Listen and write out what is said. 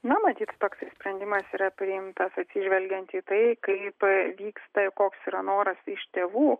na matyt toks sprendimas yra priimtas atsižvelgiant į tai kaip vyksta koks yra noras iš tėvų